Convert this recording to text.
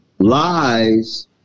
lies